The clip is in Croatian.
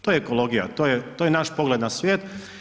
To je ekologija, to je naš pogled na svijet.